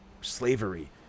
slavery